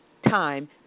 time